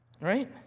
right